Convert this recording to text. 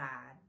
God